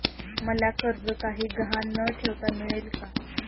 मला कर्ज काही गहाण न ठेवता मिळेल काय?